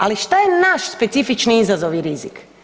Ali šta je naš specifični izazov i rizik?